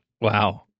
Wow